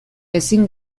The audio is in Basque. ezin